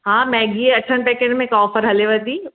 हा मेगीअ अठनि पेकेट में त ऑफर हलेव थी